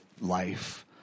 life